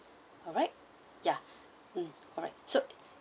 alright yeah um alright so